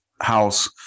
House